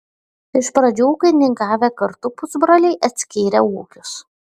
iš pradžių ūkininkavę kartu pusbroliai atskyrė ūkius